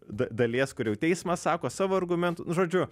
da dalies kur jau teismas sako savo argumentus nu žodžiu